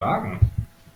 wagen